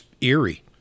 eerie